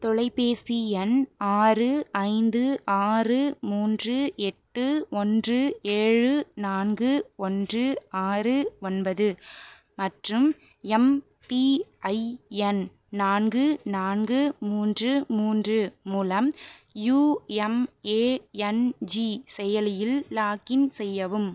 தொலைபேசி எண் ஆறு ஐந்து ஆறு மூன்று எட்டு ஒன்று ஏழு நான்கு ஒன்று ஆறு ஒன்பது மற்றும் எம்பிஐஎன் நான்கு நான்கு மூன்று மூன்று மூலம் யுஎம்ஏஎன்ஜி செயலியில் லாக்இன் செய்யவும்